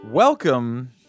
Welcome